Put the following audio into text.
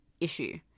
issue